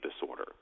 disorder